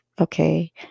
Okay